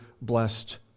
blessed